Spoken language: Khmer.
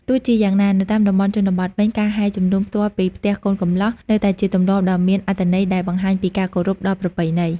ទោះជាយ៉ាងណា នៅតាមតំបន់ជនបទវិញ ការហែជំនូនផ្ទាល់ពីផ្ទះកូនកំលោះ នៅតែជាទម្លាប់ដ៏មានអត្ថន័យដែលបង្ហាញពីការគោរពដល់ប្រពៃណី។